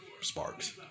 Sparks